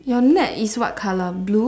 your net is what colour blue